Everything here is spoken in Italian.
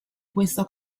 questa